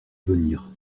venir